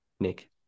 Nick